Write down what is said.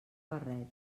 barret